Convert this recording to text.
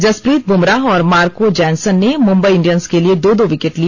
जसप्रीत बुमराह और Marco Jansen ने Mumbai Indians के लिए दो दो विकेट लिए